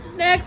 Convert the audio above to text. Next